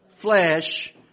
flesh